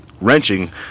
wrenching